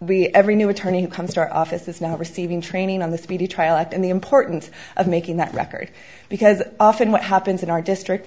we every new attorney who comes to our office is now receiving training on the speedy trial act and the importance of making that record because often what happens in our district